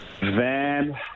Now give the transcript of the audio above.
Van